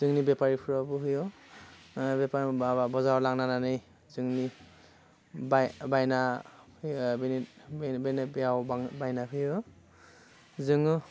जोंनि बेफारिफोराबो होयो बेफार माबा बाजाराव लांनानै जोंनि बाय बायना होयो बेनि बेनि बेयाव बां बायना होयो जोङो